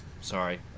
sorry